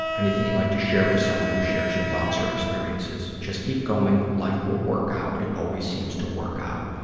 and anything you'd like to share with someone who shares your thoughts or experiences? just keep going. life will work out. it always seems to work out.